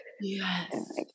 yes